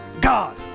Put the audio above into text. god